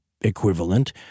equivalent